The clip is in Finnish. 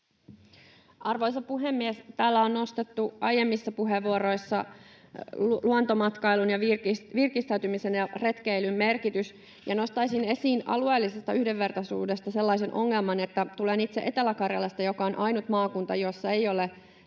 Arvoisa puhemies! Täällä on nostettu aiemmissa puheenvuoroissa luontomatkailun, virkistäytymisen ja retkeilyn merkitys. Nostaisin esiin alueellisesta yhdenvertaisuudesta sellaisen ongelman, kun tulen itse Etelä-Karjalasta, joka on ainut maakunta, jossa ei ole